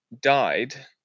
died